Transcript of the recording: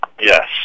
Yes